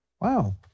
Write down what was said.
Wow